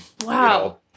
Wow